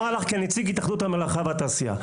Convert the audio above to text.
כנציג התאחדות המלאכה והתעשייה,